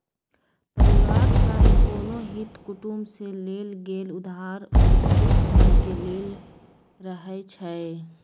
परिवार चाहे कोनो हित कुटुम से लेल गेल उधार अनिश्चित समय के लेल रहै छइ